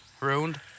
ruined